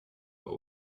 but